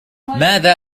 ماذا